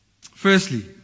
Firstly